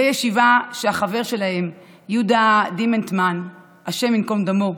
שהחבר שלהם יהודה דימנטמן, השם ייקום דמו,